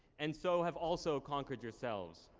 and so have also conquered yourselves.